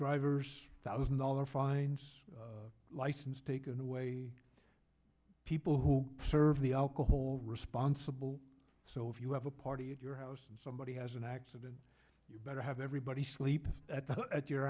drivers thousand dollar fines license taken away people who serve the alcohol responsible so if you have a party at your house and somebody has an accident you better have everybody sleep at